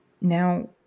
Now